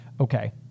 Okay